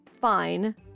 fine